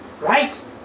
Right